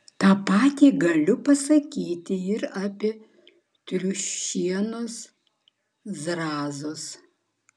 tą patį galiu pasakyti ir apie triušienos zrazus